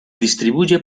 distribuye